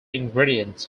ingredient